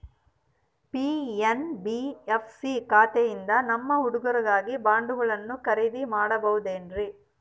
NBFC ಕಡೆಯಿಂದ ನಮ್ಮ ಹುಡುಗರಿಗಾಗಿ ಬಾಂಡುಗಳನ್ನ ಖರೇದಿ ಮಾಡಬಹುದೇನ್ರಿ?